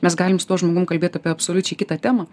mes galim su tuo žmogum kalbėt apie absoliučiai kitą temą